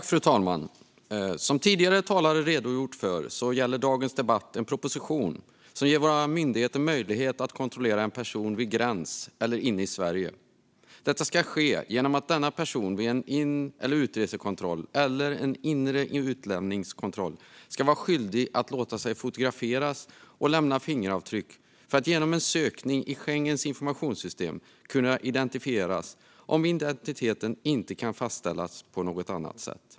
Fru talman! Som tidigare talare redogjort för gäller dagens debatt en proposition som ger våra myndigheter möjlighet att kontrollera en person vid gräns eller inne i Sverige. Detta ska ske genom att denna person vid en in eller utresekontroll eller en inre utlänningskontroll ska vara skyldig att låta sig fotograferas och lämna fingeravtryck för att genom en sökning i Schengens informationssystem kunna identifieras om identiteten inte kan fastställas på något annat sätt.